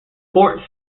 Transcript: fort